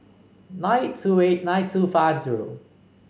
nine two eight nine two five zero